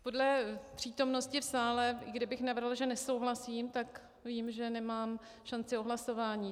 Podle přítomnosti v sále, kdybych navrhla, že nesouhlasím, tak vím, že nemám šanci o hlasování.